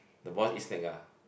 the boy eat snake ah